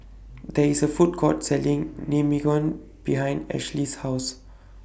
There IS A Food Court Selling Naengmyeon behind Ashley's House